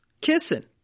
kissing